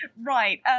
Right